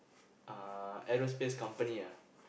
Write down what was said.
uh aerospace company ah